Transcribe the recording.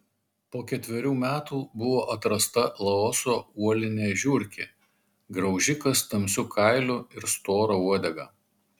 po ketverių metų buvo atrasta laoso uolinė žiurkė graužikas tamsiu kailiu ir stora uodega